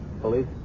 police